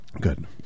Good